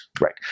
right